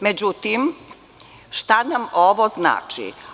Međutim, šta nam ovo znači?